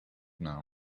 now